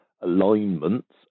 alignments